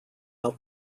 out